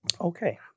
Okay